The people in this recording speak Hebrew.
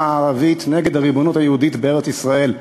הערבית נגד הריבונות היהודית בארץ-ישראל.